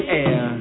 air